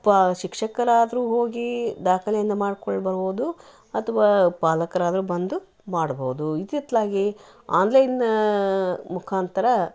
ಪಾ ಶಿಕ್ಷಕರಾದರೂ ಹೋಗಿ ದಾಖಲೆಯನ್ನ ಮಾಡ್ಕೊಳ್ಳಬಹುದು ಅಥ್ವಾ ಪಾಲಕರಾದರೂ ಬಂದು ಮಾಡ್ಬಹುದು ಇತ್ತಿತ್ತಲಾಗೆ ಆನ್ಲೈನ್ ಮುಖಾಂತರ